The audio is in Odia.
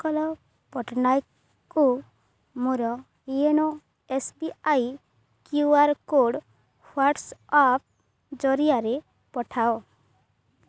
ଉତ୍କଳ ପଟ୍ଟନାୟକଙ୍କୁ ମୋର YONO S B I Q R code WhatsApp ଜରିଆରେ ପଠାଅ